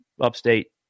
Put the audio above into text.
upstate